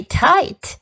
tight